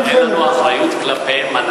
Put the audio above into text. אין לנו אחריות כלפיהם?